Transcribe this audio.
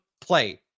play